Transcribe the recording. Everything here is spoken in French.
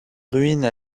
ruines